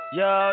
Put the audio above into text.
yo